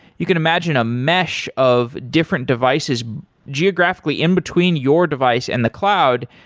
you can imagine a mesh of different devices geographically in between your device and the cloud.